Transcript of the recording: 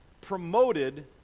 promoted